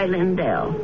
Lindell